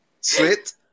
sweet